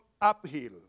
uphill